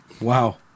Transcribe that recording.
Wow